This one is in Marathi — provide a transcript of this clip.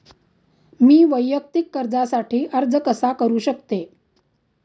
मी वैयक्तिक कर्जासाठी अर्ज कसा करु शकते?